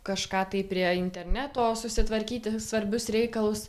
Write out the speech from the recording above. kažką tai prie interneto susitvarkyti svarbius reikalus